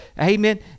Amen